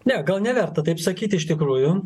ne gal neverta taip sakyti iš tikrųjų